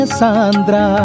sandra